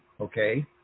okay